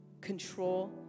Control